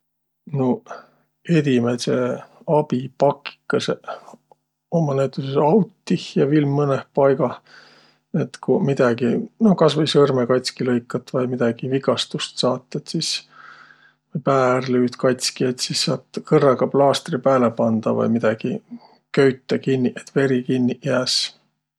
Nuuq edimädse abi pakikõsõq ummaq näütüses autih ja viil mõnõh paigah. Et ku midägi, no kasvai sõrmõ katski lõikat vai midägi vigastust saat, et sis, vai pää ärq lüüt katski, et sis saat kõrraga plaastri pääle pandaq vai midägi köütäq kinniq, et veri kinniq jääs.